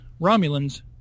Romulans